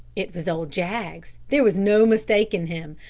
it was old jaggs. there was no mistaking him.